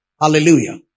Hallelujah